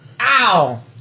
Ow